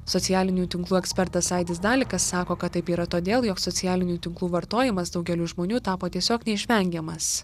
socialinių tinklų ekspertas aidis dalikas sako kad taip yra todėl jog socialinių tinklų vartojimas daugeliui žmonių tapo tiesiog neišvengiamas